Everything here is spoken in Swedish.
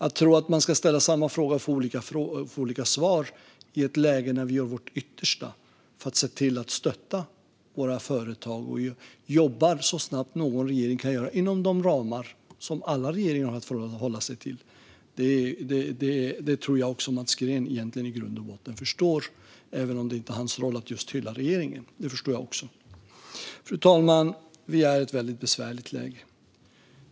Att man inte kan ställa samma fråga och få olika svar i ett läge där vi gör vårt yttersta för att se till att stötta våra företag - och där vi jobbar så snabbt som någon regering kan göra inom de ramar som alla regeringar har att förhålla sig till - tror jag att även Mats Green egentligen förstår, även om det inte är hans roll att hylla regeringen. Det förstår jag också. Fru talman! Vi är i ett väldigt besvärligt läge.